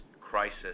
crisis